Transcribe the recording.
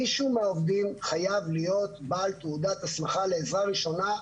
מישהו מהעובדים חייב להיות בעל תעודת הסמכה לעזרה ראשונה,